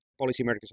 policymakers